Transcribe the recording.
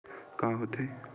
का होथे?